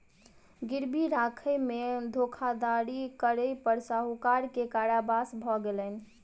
गिरवी राखय में धोखाधड़ी करै पर साहूकार के कारावास भ गेलैन